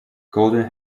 golden